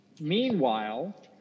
Meanwhile